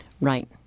Right